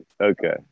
Okay